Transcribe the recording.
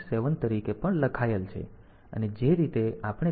7 તરીકે પણ લખાયેલ છે અને જે રીતે આપણે તેને P0